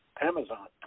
Amazon